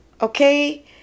okay